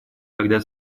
когда